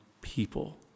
people